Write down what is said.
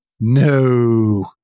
No